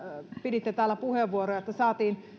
piditte täällä puheenvuoroja niin että saatiin